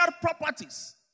properties